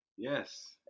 Yes